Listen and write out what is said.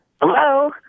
Hello